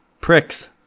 pricks